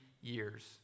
years